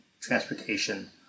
transportation